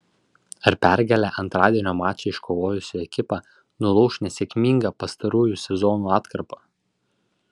ar pergalę antradienio mače iškovojusi ekipa nulauš nesėkmingą pastarųjų sezonų atkarpą